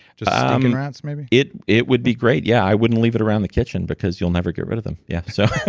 just um and rats maybe? it it would be great, yeah. i wouldn't leave it around the kitchen because you'll never get rid of them. yeah, so,